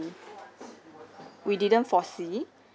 we didn't foresee